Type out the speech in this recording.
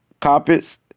carpets